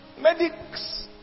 Medics